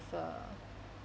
err